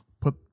put